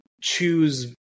choose